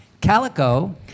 Calico